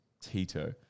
Tito